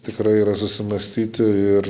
tikrai yra susimąstyti ir